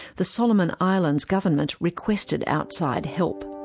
the solomon islands government requested outside help.